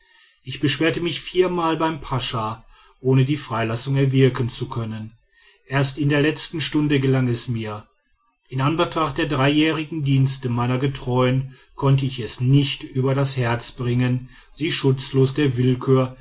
ich beschwerte mich viermal beim pascha ohne die freilassung erwirken zu können erst in der letzten stunde gelang es mir in anbetracht der dreijährigen dienste meiner getreuen konnte ich es nicht über das herz bringen sie schutzlos der willkür